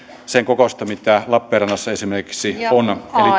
sen kokoista mitä lappeenrannassa esimerkiksi on